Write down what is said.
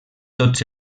tots